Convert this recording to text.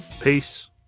Peace